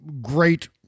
great